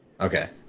Okay